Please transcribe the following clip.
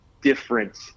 different